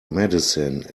medicine